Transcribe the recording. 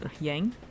Yang